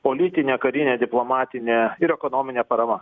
politinė karinė diplomatinė ir ekonominė parama